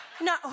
No